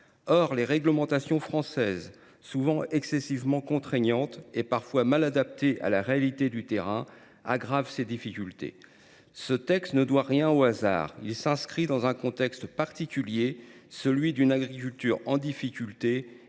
Les réglementations françaises, souvent excessivement contraignantes et parfois mal adaptées à la réalité du terrain, aggravent ces difficultés. Ce texte ne doit rien au hasard : il s’inscrit dans le contexte particulier d’une agriculture en souffrance